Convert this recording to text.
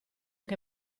che